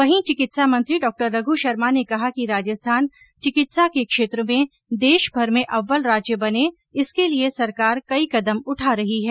उधर चिकित्सा मंत्री डॉ रघ् शर्मा ने कहा कि राजस्थान चिकित्सा के क्षेत्र में देशभर में अव्वल राज्य बने इसके लिए सरकार कई कदम उठा रही है